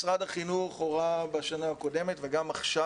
משרד החינוך הורה בשנה הקודמת וגם עכשיו